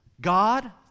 God